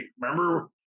Remember